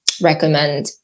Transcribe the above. recommend